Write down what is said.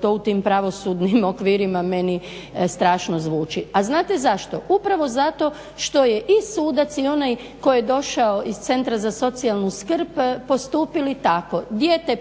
to u tim pravosudnim okvirima meni strašno zvuči. A znate zašto? Upravo zato što je i sudac i onaj koji je došao iz centra za socijalnu skrb postupili tako, dijete pripada